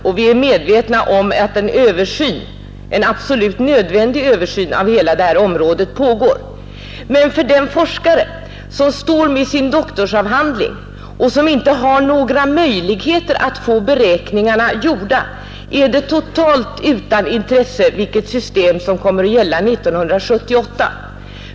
Vi är också medvetna om att en absolut nödvändig översyn av detta område pågår. Men för den forskare som arbetar med sin doktorsavhandling och som inte har några möjligheter att få sina beräkningar gjorda är det totalt ointressant vilket system som kommer att gälla 1978.